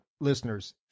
listeners